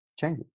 change